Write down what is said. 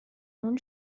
اون